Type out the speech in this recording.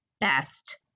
best